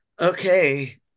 Okay